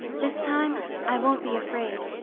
this time i won't be afraid.